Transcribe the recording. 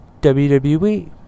WWE